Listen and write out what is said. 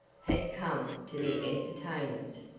had come to the entertainment.